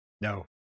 No